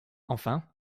enfin